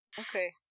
Okay